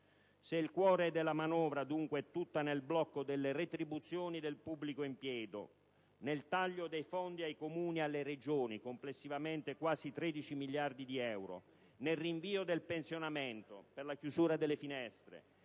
Se il cuore della manovra, dunque, è tutto nel blocco delle retribuzioni del pubblico impiego, nel taglio dei fondi ai Comuni e alle Regioni (complessivamente quasi 13 miliardi di euro) e nel rinvio del pensionamento, per la chiusura delle finestre,